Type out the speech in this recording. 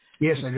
Yes